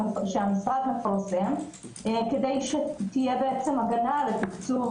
שהמשרד מפרסם כדי שתהיה הגנה על התקצוב